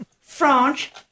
French